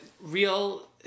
real